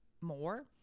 more